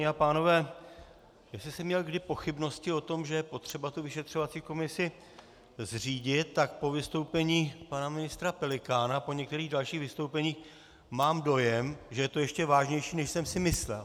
Paní a pánové, jestli jsem měl kdy pochybnosti o tom, že je potřeba tu vyšetřovací komisi zřídit, tak po vystoupení pana ministra Pelikána a některých dalších vystoupeních mám dojem, že je to ještě vážnější, než jsem si myslel.